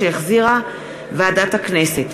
שהחזירה ועדת הכנסת.